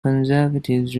conservatives